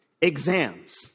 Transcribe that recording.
Exams